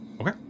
Okay